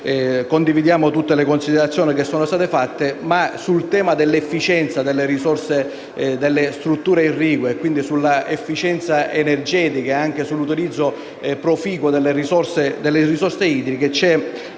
condividiamo tutte le considerazioni che sono state fatte, si può dire che sul tema dell’efficienza delle strutture irrigue, dell’efficienza energetica e sull’utilizzo proficuo delle risorse idriche